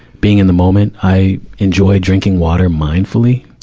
being in the moment. i enjoy drinking water mindfully.